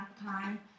time